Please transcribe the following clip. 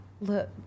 look